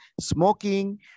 smoking